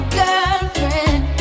girlfriend